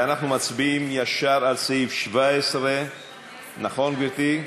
ואנחנו מצביעים ישר על סעיף 17, נכון, גברתי?